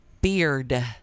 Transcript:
Beard